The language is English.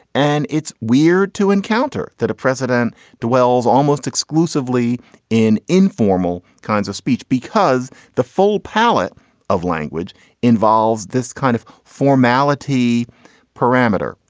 and it's weird to encounter that a president dwells almost exclusively in informal kinds of speech because the full palette of language involves this kind of formality parameter.